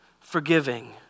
forgiving